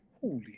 holy